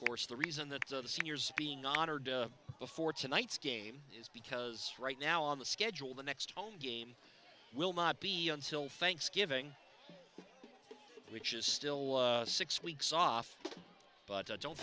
course the reason that the seniors being honored before tonight's game is because right now on the schedule the next home game will not be until thanksgiving which is still six weeks off but don't